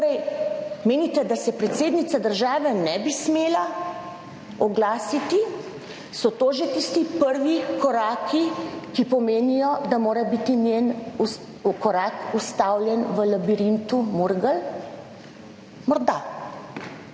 menite, da se predsednica države ne bi smela oglasiti? So to že tisti prvi koraki, ki pomenijo, da mora biti njen korak ustavljen v labirintu Murgel? Morda.